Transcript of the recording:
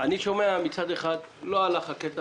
ובין אם לא היה זכיין חדש.